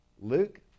Luke